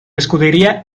escudería